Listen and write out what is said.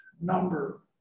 number